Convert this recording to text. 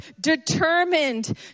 determined